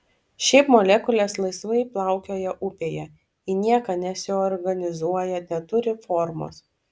šiaip molekulės laisvai plaukioja upėje į nieką nesiorganizuoja neturi formos